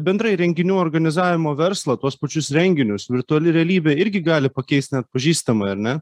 bendrai renginių organizavimo verslą tuos pačius renginius virtuali realybė irgi gali pakeist neatpažįstamai ar ne